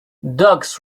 dogs